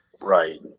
Right